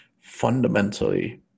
fundamentally